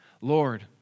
Lord